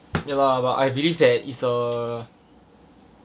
ya lah but I believe that is a